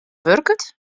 wurket